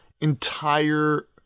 entire